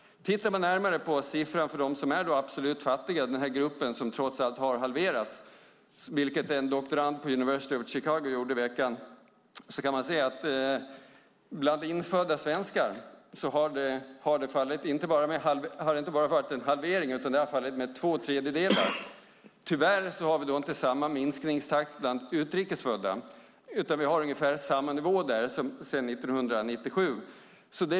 Om man tittar på siffran för dem som är absolut fattiga - den grupp som har halverats - vilket en doktorand på University of Chicago gjorde i veckan, kan man se att bland infödda svenskar har det inte bara varit en halvering utan antalet har minskat med två tredjedelar. Vi har tyvärr inte samma minskningstakt bland utrikes födda. Där är nivån ungefär densamma som 1997.